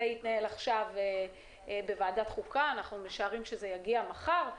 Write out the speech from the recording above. זה מתנהל עכשיו בוועדת חוקה ואנחנו משערים שזה יגיע מחר.